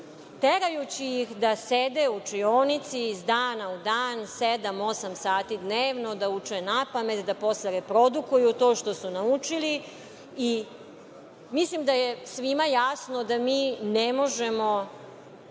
terajući ih da sede u učionici iz dana u dan sedam, osam sati dnevno, da uče napamet, da posle reprodukuju to što su naučili. Mislim da je svima jasno da mi ne možemo